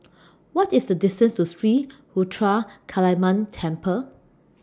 What IS The distance to Sri Ruthra Kaliamman Temple